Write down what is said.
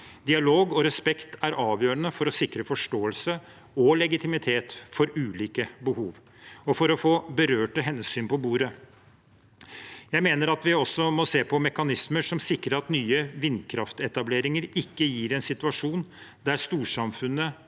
Dialog og respekt er avgjørende for å sikre forståelse og legitimitet for ulike behov og for å få berørte hensyn på bordet. Jeg mener at vi også må se på mekanismer som sikrer at nye vindkraftetableringer ikke gir en situasjon der storsamfunnet,